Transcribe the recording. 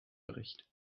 bericht